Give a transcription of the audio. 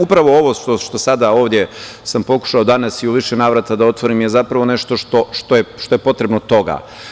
Upravo ovo što sam sada ovde pokušao danas i u više navrata da otvorim je zapravo nešto što je potrebno toga.